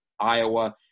Iowa